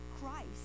Christ